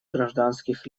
гражданских